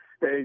Hey